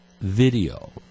video